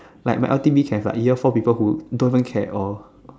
like my L_T_B have like year four people who don't even care at all